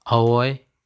ꯑꯋꯣꯏ